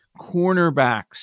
Cornerbacks